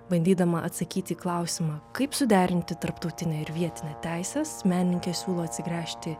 bandydama atsakyti į klausimą kaip suderinti tarptautinę ir vietinę teises menininkė siūlo atsigręžti